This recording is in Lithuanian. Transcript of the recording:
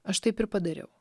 aš taip ir padariau